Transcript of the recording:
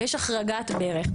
ויש החרגת ברך.